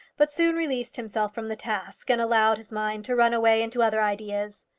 but soon released himself from the task, and allowed his mind to run away into other ideas.